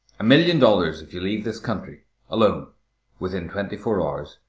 a million dollars if you leave this country alone within twenty-four hours,